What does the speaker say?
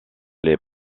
les